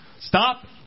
Stop